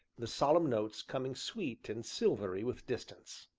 the solemn notes coming sweet and silvery with distance.